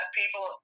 people